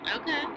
Okay